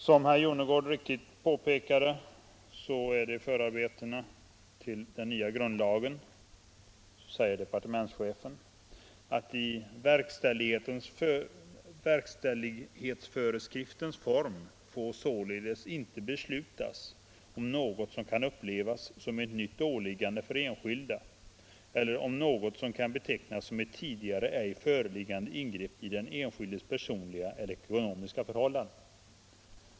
Som herr Jonnergård helt riktigt påpekade framhöll departementschefen i förarbetena till den nya grundlagen att i verkställighetsföreskriftens form får inte beslutas om något som kan upplevas som ett nytt åliggande för enskilda eller om något som kan betecknas som ett tidigare ej föreliggande ingrepp i den enskildes personliga eller ekonomiska förhållanden.